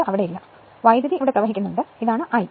അത് അവിടെയില്ല വൈദ്യുതി പ്രവഹിക്കുന്നു ഇതാണ് I